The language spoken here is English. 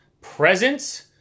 presence